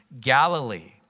Galilee